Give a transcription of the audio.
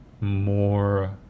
more